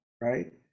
right